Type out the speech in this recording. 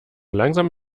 langsam